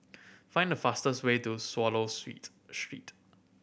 find the fastest way to Swallow Street